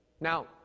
Now